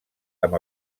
amb